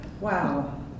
Wow